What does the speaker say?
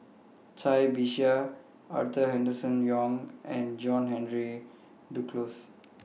Cai Bixia Arthur Henderson Young and John Henry Duclos